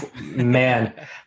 Man